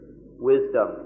wisdom